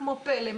כמו פל"א,